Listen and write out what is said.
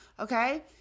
Okay